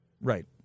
Right